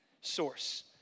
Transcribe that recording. source